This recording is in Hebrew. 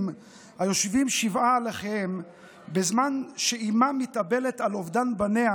היושבים שבעה על אחיהם בזמן שאימם מתאבלת על אובדן בניה,